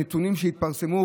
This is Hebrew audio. הנתונים שהתפרסמו,